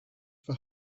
for